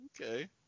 Okay